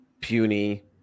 Puny